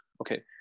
okay